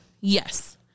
Yes